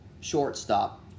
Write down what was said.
shortstop